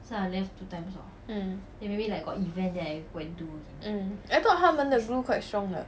(mm)I thought 他们的 glue quite strong 的